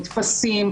טפסים,